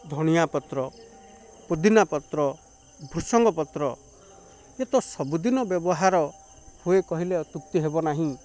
ଧଣିଆ ପତ୍ର ପୁଦିନା ପତ୍ର ଭୃଷଙ୍ଗ ପତ୍ର ଇଏତ ସବୁ ଦିନ ବ୍ୟବହାର ହୁଏ କହିଲେ ଅତ୍ୟୁକ୍ତି ହେବ ନାହିଁ